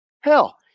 Hell